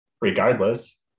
regardless